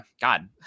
God